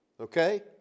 okay